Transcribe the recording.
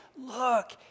look